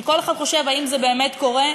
כל אחד חושב, האם באמת זה קורה?